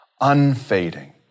unfading